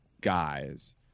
guys